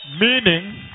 Meaning